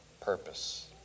purpose